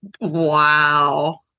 wow